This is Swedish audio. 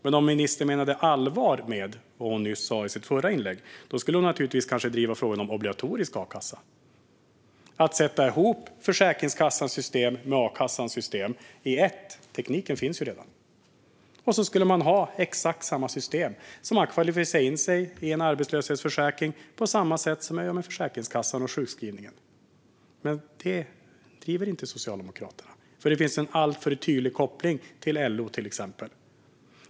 Men om ministern menade allvar med vad hon nyss sa i sitt förra inlägg skulle hon naturligtvis driva frågan om obligatorisk a-kassa. Det handlar om att sätta ihop Försäkringskassans system med a-kassans system till ett. Tekniken finns redan. Sedan skulle man ha exakt samma system. Man kvalificerar sig till en arbetslöshetsförsäkring på samma sätt som man gör med Försäkringskassan och sjukskrivningen. Men det driver inte Socialdemokraterna. Det finns en alltför tydlig koppling till exempelvis LO.